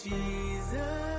Jesus